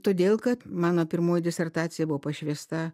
todėl kad mano pirmoji disertacija buvo pašvęsta